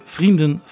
Vrienden